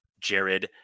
Jared